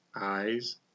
Eyes